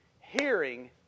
hearing